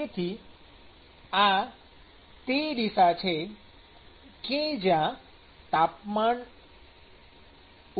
તેથી આ તે જ દિશા છે કે જ્યાં